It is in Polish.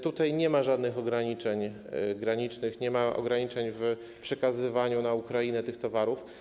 Tutaj nie ma żadnych ograniczeń granicznych, nie ma ograniczeń w przekazywaniu na Ukrainę tych towarów.